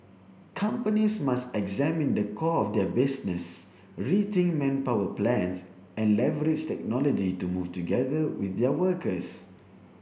companies must examine the core of their business rethink manpower plans and leverage technology to move together with their workers